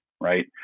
right